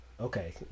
Okay